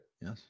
Yes